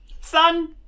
Son